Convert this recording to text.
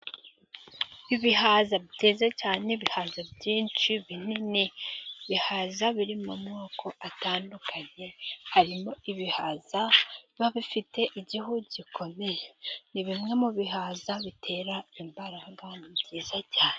Ibihaza byeze cyane, ibihaza byinshi binini, ibihaza biri mu moko atandukanye harimo ibihaza biba bifite igihu gikomeye, ni bimwe mu bihaza bitera imbaraga byiza cyane.